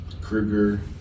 Kruger